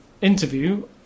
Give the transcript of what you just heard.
interview